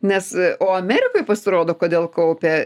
nes o amerikoj pasirodo kodėl kaupia